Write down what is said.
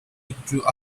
withdrew